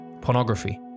pornography